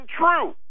true